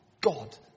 God